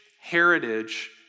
heritage